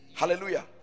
Hallelujah